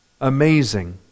Amazing